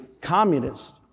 communist